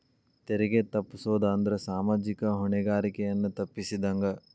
ತೆರಿಗೆ ತಪ್ಪಸೊದ್ ಅಂದ್ರ ಸಾಮಾಜಿಕ ಹೊಣೆಗಾರಿಕೆಯನ್ನ ತಪ್ಪಸಿದಂಗ